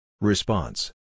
Response